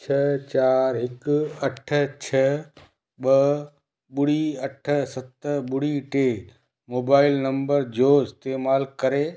छह चारि हिकु अठ छह ॿ ॿुड़ी ॿ अठ सत ॿुड़ी टे मोबाइल नंबर जो इस्तेमाल करे